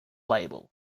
label